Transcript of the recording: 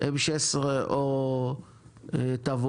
M16 או תבור,